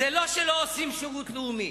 זה לא שלא עושים שירות לאומי.